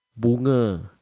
bunga